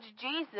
Jesus